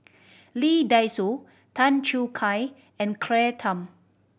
Lee Dai Soh Tan Choo Kai and Claire Tham